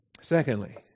Secondly